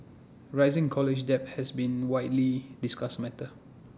rising college debt has been widely discussed matter